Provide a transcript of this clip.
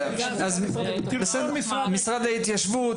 משרד ההתיישבות,